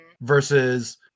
versus